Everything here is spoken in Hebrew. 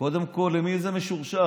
קודם כול, למי זה משורשר?